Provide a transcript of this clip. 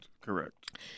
Correct